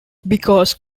because